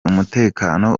umutekano